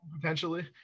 potentially